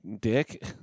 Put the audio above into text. dick